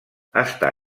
està